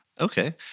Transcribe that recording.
Okay